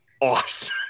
awesome